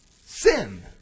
Sin